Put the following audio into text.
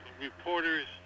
reporters